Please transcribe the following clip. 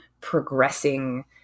progressing